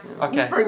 Okay